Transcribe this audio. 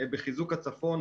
בחיזוק הצפון.